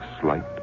slight